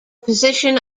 position